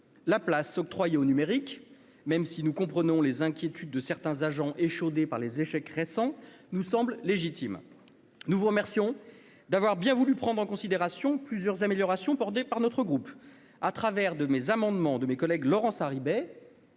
la place octroyée au numérique, même si nous comprenons les inquiétudes de certains agents, échaudés par les échecs récents nous semble légitime, nous vous remercions d'avoir bien voulu prendre en considération plusieurs améliorations portées par notre groupe à travers de mes amendements de mes collègues Laurence Harribey.